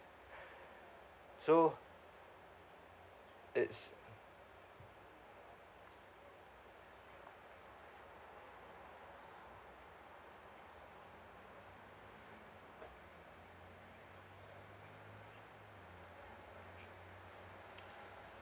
so it's